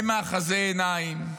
הם מאחזי עיניים,